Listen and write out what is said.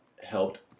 helped